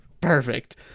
perfect